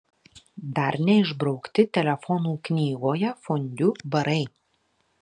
dar neišbraukti telefonų knygoje fondiu barai